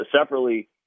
separately